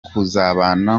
kuzabana